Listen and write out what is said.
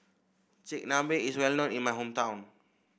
Chigenabe is well known in my hometown